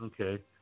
Okay